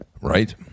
right